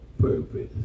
purpose